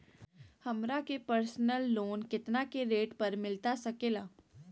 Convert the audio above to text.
हमरा के personal loan कितना के रेट पर मिलता सके ला?